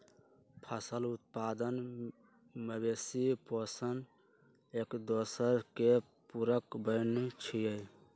फसल उत्पादन, मवेशि पोशण, एकदोसर के पुरक बनै छइ